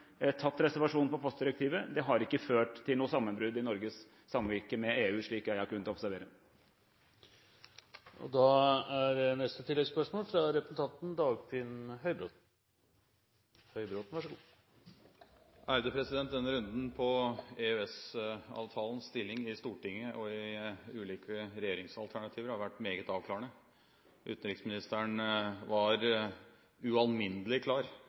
tatt reservasjon på postdirektivet. Det har, slik jeg har kunnet observere, ikke ført til noe sammenbrudd i Norges samvirke med EU. Dagfinn Høybråten – til oppfølgingsspørsmål. Denne runden om EØS-avtalens stilling i Stortinget og i ulike regjeringsalternativer har vært meget avklarende. Utenriksministeren var ualminnelig klar